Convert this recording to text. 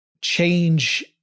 change